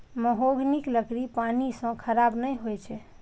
महोगनीक लकड़ी पानि सं खराब नै होइ छै